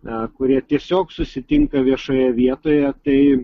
na kurie tiesiog susitinka viešoje vietoje tai